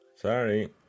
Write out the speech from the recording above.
sorry